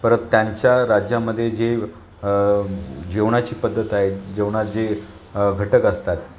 परत त्यांच्या राज्यामध्ये जे जेवणाची पद्धत आहे जेवणात जे घटक असतात